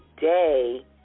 day